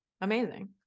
Amazing